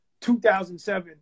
2007